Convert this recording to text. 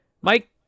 Mike